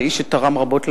זה איש שתרם רבות למדינה,